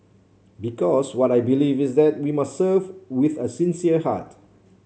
because what I believe is that we must serve with a sincere heart